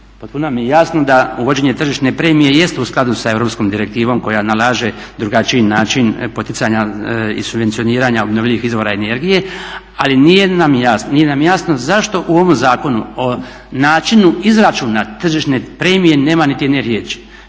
Potpuno nam je jasno da uvođenje tržišne premije jest u skladu sa europskom direktivom koja nalaže drugačiji način poticanja i subvencioniranja obnovljivih izvora energije, ali nije nam jasno zašto u ovom zakonu o načinu izračuna tržišne premije nema niti jedne riječi,